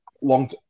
long